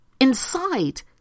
inside